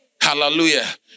Hallelujah